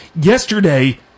Yesterday